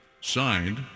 Signed